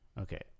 Okay